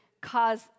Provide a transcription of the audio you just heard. cause